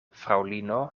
fraŭlino